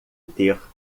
ter